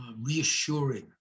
reassuring